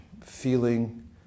feeling